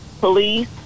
police